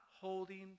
holding